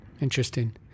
Interesting